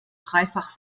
dreifach